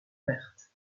verte